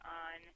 on